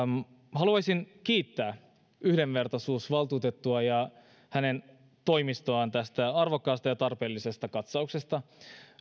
haluaisin kiittää yhdenvertaisuusvaltuutettua ja hänen toimistoaan tästä arvokkaasta ja tarpeellisesta katsauksesta